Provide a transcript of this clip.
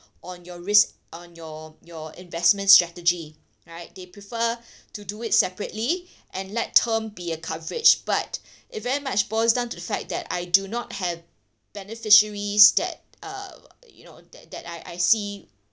on your risk on your your investment strategy right they prefer to do it separately and let term be a coverage but it very much boils down to the fact that I do not have beneficiaries that uh you know that that I see